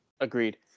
agreed